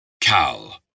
Cal